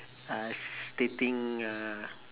I s~ stating uh